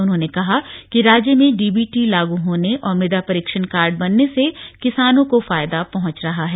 उन्होंने कहा कि राज्य में डीबीटी लागू होने और मृदा परीक्षण कार्ड बनने से किसानों को फायदा पहुंच रहा है